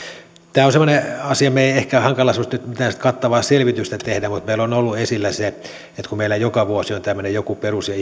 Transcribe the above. tämä on semmoinen asia josta meidän ehkä on hankala mitään sellaista kattavaa selvitystä tehdä mutta meillä on ollut esillä se että kun meillä joka vuosi on joku tämmöinen perus ja